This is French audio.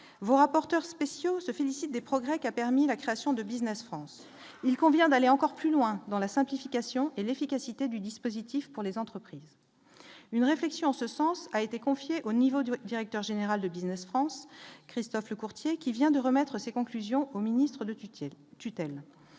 vos rapporteurs spéciaux se félicite des progrès qui a permis la création de Business France il convient d'aller encore plus loin dans la simplification et l'efficacité du dispositif pour les entreprises, une réflexion en ce sens a été confiée au niveau du directeur général de Business France Christophe Lecourtier, qui vient de remettre ses conclusions au ministre de tutelle